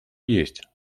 есть